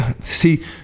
See